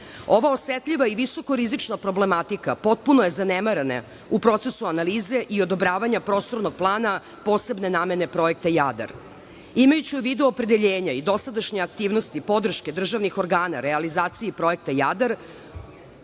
osetljiva i visoko rizična problematika potpuno je zanemarena u procesu analize i odobravanja Prostornog plana posebne namene projekta „Jadar“. Imajući u vidu opredeljenja i dosadašnje aktivnosti podrške državnih organa realizaciji projekta „Jadar“